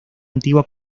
antigua